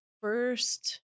first